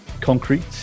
concrete